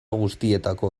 guztietako